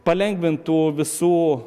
palengvintų visų